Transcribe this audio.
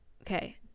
okay